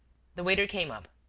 the waiter came up.